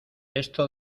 esto